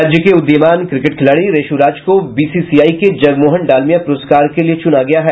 राज्य के उदीयमान क्रिकेट खिलाड़ी रेशू राज को बीसीसीआई के जगमोहन डालमिया पुरस्कार के लिए चुना गया है